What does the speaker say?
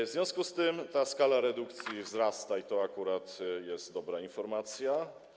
W związku z tym skala redukcji wzrasta i to akurat jest dobra informacja.